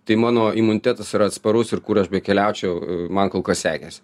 tai mano imunitetas yra atsparus ir kur aš bekeliaučiau man kol kas sekėsi